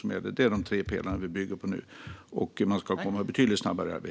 Man ska komma i arbete betydligt snabbare.